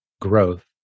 growth